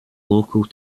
local